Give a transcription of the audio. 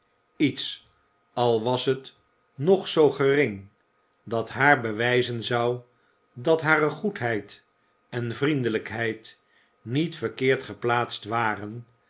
iets al was het nog zoo gering dat haar bewijzen zou dat hare goedheid en vriendelijkheid niet verkeerd geplaatst waren